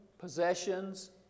possessions